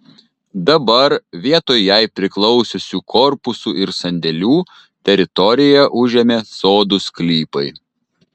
dabar vietoj jai priklausiusių korpusų ir sandėlių teritoriją užėmė sodų sklypai